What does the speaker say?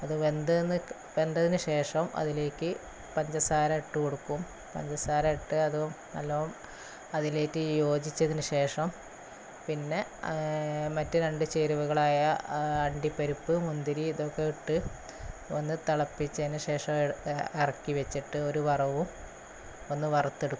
അത് വെന്തതിനുശേഷം അതിലേക്ക് പഞ്ചസാര ഇട്ടു കൊടുക്കും പഞ്ചസാര ഇട്ട് അതും നല്ലോണം അതിലേറ്റ് യോജിച്ചതിന് ശേഷം പിന്നെ മറ്റ് രണ്ട് ചേരുവകളായ അണ്ടിപ്പരിപ്പ് മുന്തിരി ഇതൊക്കെ ഇട്ട് ഒന്ന് തിളപ്പിച്ചതിനുശേഷം ഇറക്കി വെച്ചിട്ട് ഒരു വറവും ഒന്ന് വറുത്തെടുക്കും